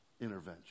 intervention